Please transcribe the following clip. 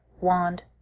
wand